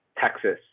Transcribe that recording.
Texas